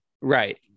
right